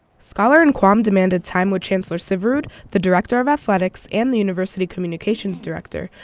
skaller and quam demanded time with chancellor syverud, the director of athletics, and the university communications director.